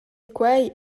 quei